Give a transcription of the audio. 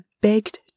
begged